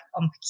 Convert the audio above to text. on